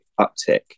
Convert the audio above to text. uptick